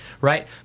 right